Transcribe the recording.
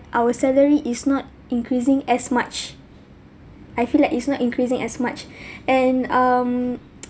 our salary is not increasing as much I feel like it's not increasing as much and um